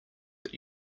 that